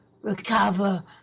recover